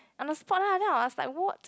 on the spot lah then I was like what